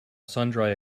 sundry